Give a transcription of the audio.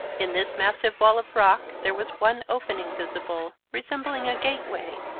in this massive wall of rock there was one opening visible, resembling a gateway,